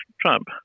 Trump